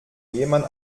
jemand